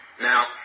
Now